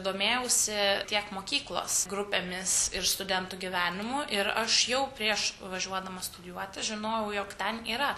domėjausi tiek mokyklos grupėmis ir studentų gyvenimu ir aš jau prieš važiuodama studijuoti žinojau jog ten yra